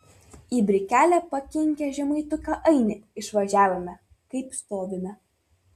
į brikelę pakinkę žemaituką ainį išvažiavome kaip stovime